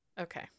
Okay